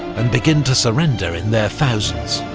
and begin to surrender in their thousands.